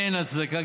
אין הצדקה,